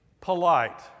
polite